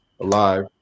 alive